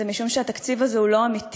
זה משום שהתקציב הזה הוא לא אמיתי,